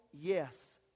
yes